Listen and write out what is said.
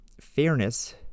fairness